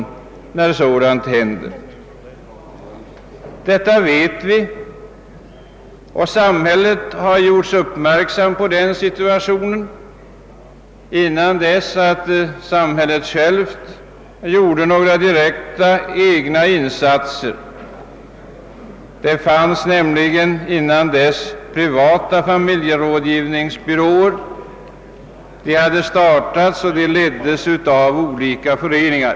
Detta vet vi, och samhället har gjorts uppmärksamt på den situationen innan samhället självt gjorde några direkta egna insatser. Tidgare fanns det privata familjerådgivningsbyråer, vilka startades och leddes av olika föreningar.